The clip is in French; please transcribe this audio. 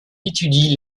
étudie